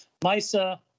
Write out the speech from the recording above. Misa